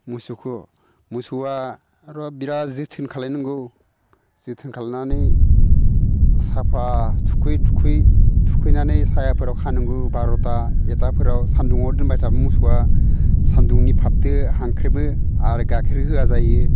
मोसौख' मोसौआर' बिराद जोथोन खालामनांगौ जोथोन खालामनानै साफा थुखै थुखै थुखैनानै सायाफोराव खानांगौ बार'था एथाफोराव सान्दुङाव दोनबाय थाब्ला मोसौआ सान्दुंनि भाबदो हामख्रेबो आरो गायखेर होआ जायो